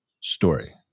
story